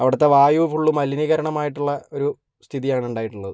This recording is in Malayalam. അവിടെത്തെ വായു ഫുള്ള് മലിനീകരണമായിട്ടുള്ള ഒരു സ്ഥിതിയാണ് ഉണ്ടായിട്ടുള്ളത്